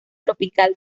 tropical